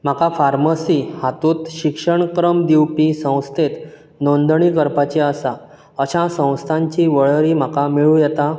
म्हाका फार्मसी हातूंत शिक्षणक्रम दिवपी संवस्थेंत नोंदणी करपाची आसा अशा संवस्थांची वळेरी म्हाका मेळूं येता